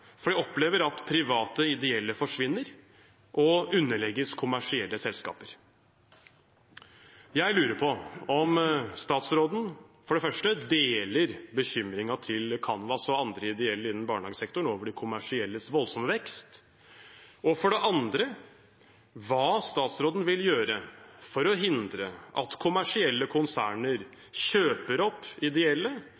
for de opplever at private ideelle forsvinner og underlegges kommersielle selskaper. Jeg lurer på om statsråden for det første deler bekymringen til Kanvas og andre ideelle innen barnehagesektoren over de kommersielles voldsomme vekst, og for det andre hva statsråden vil gjøre for å hindre at kommersielle konserner